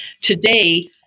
today